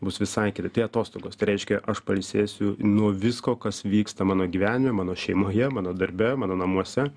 bus visai kitaip tai atostogos tai reiškia aš pailsėsiu nuo visko kas vyksta mano gyvenime mano šeimoje mano darbe mano namuose